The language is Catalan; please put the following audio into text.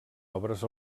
obres